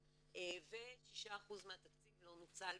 סליחה, טלל,